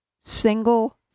single